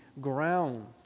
ground